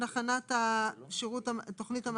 לא רק שהיא ראויה אלא שהיא הכרחית.